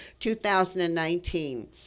2019